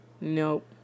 Nope